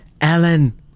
Alan